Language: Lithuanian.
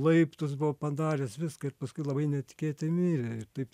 laiptus buvo padaręs viską ir paskui labai netikėtai mirė ir taip